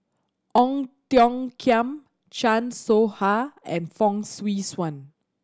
Ong Tiong Khiam Chan Soh Ha and Fong Swee Suan